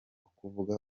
kuvuga